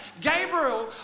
Gabriel